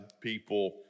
people